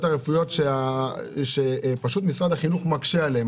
הרפואיות שמשרד החינוך מקשה עליהם.